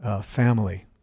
family